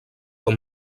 com